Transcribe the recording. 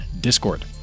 Discord